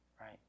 right